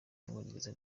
w’umwongereza